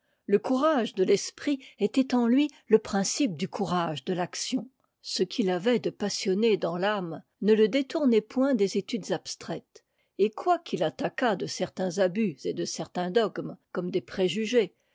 le courage de l'esprit était en lui le principe du courage de l'action ce qu'il avait de passionné dans l'âme ne le détournait point des études abstraites et quoiqu'il attaquât de certains abus et de certains dogmes comme des préjugés